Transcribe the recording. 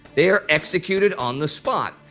they are executed on the spot.